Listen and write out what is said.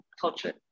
culture